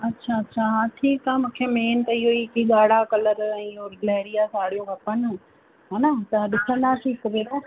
अच्छा अच्छा हा ठीकु आहे मूंखे मेन त इहो ई की ॻाढ़ा कलर ऐं इहो गिलैरिया साड़ियूं खपनि हा न त ॾिसंदासीं हिकु भेरो